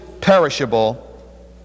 perishable